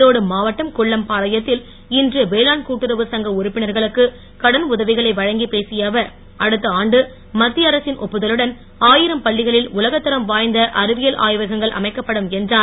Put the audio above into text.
ஈரோடு மாவட்டம் குள்ளம் பாளையத்தில் இன்று வேளாண் கூட்டுறவுச் சங்க உறுப்பினர்களுக்கு கடன் உதவிகளை வழங்கிப் பேசிய அவர் அடுத்த ஆண்டு மத்திய அரசின் ஒப்புதலுடன் ஆயிரம் பள்ளிகளில் உலகத்தரம் வாய்ந்த அறிவியல் ஆய்வகங்கள் அமைக்கப்படும் என்றார்